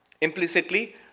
implicitly